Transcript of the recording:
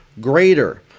greater